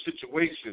situation